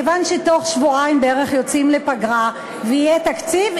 כיוון שבתוך שבועיים בערך יוצאים לפגרה ויהיה תקציב,